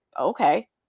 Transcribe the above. Okay